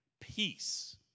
peace